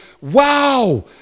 wow